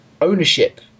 ownership